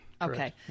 Okay